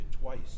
twice